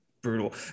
brutal